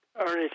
Ernest